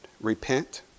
Repent